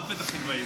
פתח תקוואי,